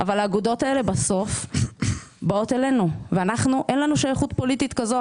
אבל האגודות האלה בסוף באות אלינו ולנו אין שייכות פוליטית כזו או